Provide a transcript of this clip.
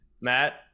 Matt